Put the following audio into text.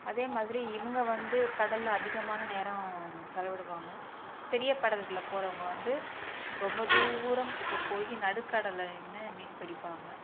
அதேமாதிரி இவங்க வந்து கடலில் அதிகமான நேரம் செலவிடுவாங்க பெரிய படகுகளில் போகிறவங்க வந்து ரொம்ப தூரம் பொ போய் நடுக்கடலில் நின்று மீன் பிடிப்பாங்க